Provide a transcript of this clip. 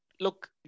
Look